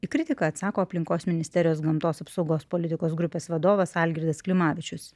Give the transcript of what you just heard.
į kritiką atsako aplinkos ministerijos gamtos apsaugos politikos grupės vadovas algirdas klimavičius